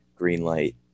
Greenlight